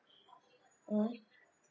mm